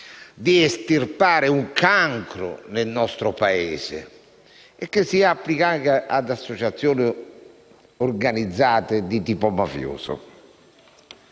di estirpare un cancro nel nostro Paese e che si applica alle associazioni organizzate di tipo mafioso.